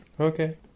Okay